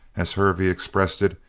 as hervey expressed it,